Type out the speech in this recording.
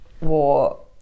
war